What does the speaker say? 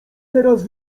teraz